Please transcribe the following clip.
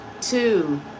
Two